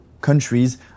countries